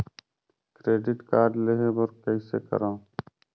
Credit card लेहे बर कइसे करव?